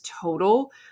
total